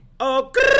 Okay